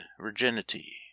virginity